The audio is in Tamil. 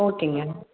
ஓகேங்க